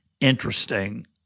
interesting